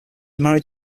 married